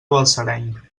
balsareny